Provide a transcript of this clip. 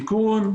תיקון,